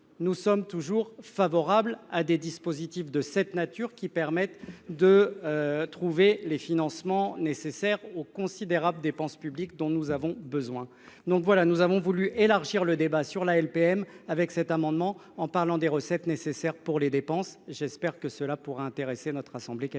Nous sommes toujours favorables à des dispositifs de cette nature qui permettent de. Trouver les financements nécessaires au considérables dépenses publiques dont nous avons besoin. Donc voilà, nous avons voulu élargir le débat sur la LPM avec cet amendement, en parlant des recettes nécessaires pour les dépenses. J'espère que cela pourra intéresser notre assemblée quelques